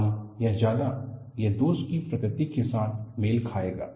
कम या ज्यादा यह दोष की प्रकृति के साथ मेल खाएगा